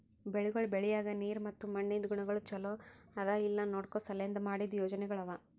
ಬೆಳಿಗೊಳ್ ಬೆಳಿಯಾಗ್ ನೀರ್ ಮತ್ತ ಮಣ್ಣಿಂದ್ ಗುಣಗೊಳ್ ಛಲೋ ಅದಾ ಇಲ್ಲಾ ನೋಡ್ಕೋ ಸಲೆಂದ್ ಮಾಡಿದ್ದ ಯೋಜನೆಗೊಳ್ ಅವಾ